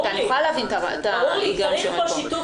אני יכולה להבין את ההיגיון שעומד פה.